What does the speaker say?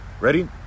Ready